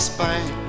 Spain